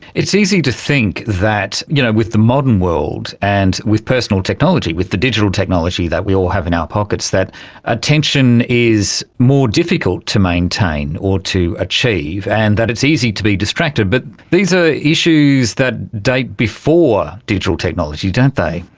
it's easy to think that you know with the modern world and with personal technology, with the digital technology that we all have in our pockets, that attention is more difficult to maintain or to achieve, and that it's easy to be distracted. but these are issues that date before digital technology, don't they.